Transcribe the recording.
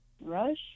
Rush